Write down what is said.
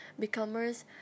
Becomers